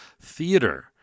theater